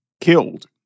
killed